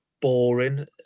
boring